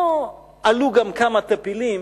לא עלו גם כמה טפילים